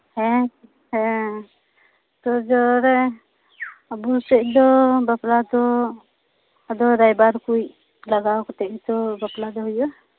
ᱦᱮᱸ ᱦᱮᱸ ᱛᱳᱲᱡᱳᱲ ᱨᱮ ᱟᱵᱩ ᱥᱮᱫ ᱫᱚ ᱵᱟᱯᱞᱟ ᱫᱚ ᱟᱫᱚ ᱨᱟᱭᱵᱟᱨ ᱠᱚᱭᱤᱡ ᱞᱜᱟᱣ ᱠᱟᱛᱮᱜ ᱜᱮᱛᱚ ᱵᱟᱯᱞᱟ ᱫᱚ ᱦᱩᱭᱩᱜᱼᱟ